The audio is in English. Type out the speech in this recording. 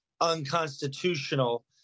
unconstitutional